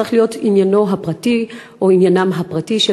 זה צריך להיות עניינו הפרטי או עניינם הפרטי של